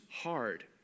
hard